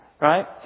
Right